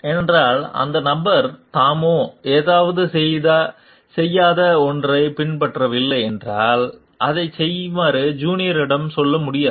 ஏனென்றால் அந்த நபர் தாமே ஏதாவது செய்யாத ஒன்றைப் பின்பற்றவில்லை என்றால் அதைச் செய்யுமாறு ஜூனியர்களிடம் சொல்ல முடியாது